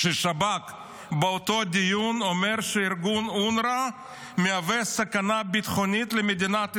ששב"כ באותו דיון אומר שארגון אונר"א מהווה סכנה ביטחונית למדינת ישראל.